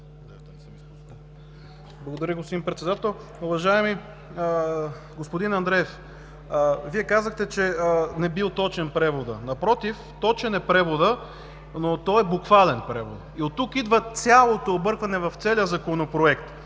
Благодаря, господин Председател. Уважаеми господин Андреев, Вие казахте, че преводът не бил точен. Напротив, точен е преводът, но той е буквален превод. Оттук идва цялото объркване в целия Законопроект.